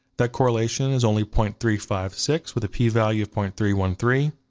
that correlation is only point three five six with a p-value of point three one three,